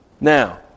Now